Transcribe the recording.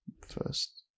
first